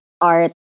art